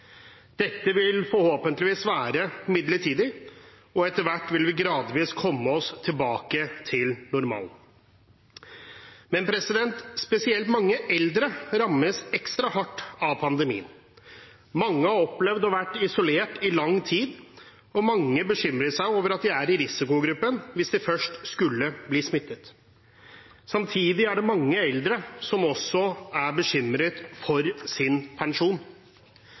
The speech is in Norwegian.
Dette vil forhåpentligvis være midlertidig, og etter hvert vil vi gradvis komme oss tilbake til normalen. Men spesielt mange eldre rammes ekstra hardt av pandemien. Mange har opplevd å ha vært isolert i lang tid, og mange bekymrer seg over at de er i risikogruppen hvis de først skulle bli smittet. Samtidig er det mange eldre som også er bekymret for sin pensjon.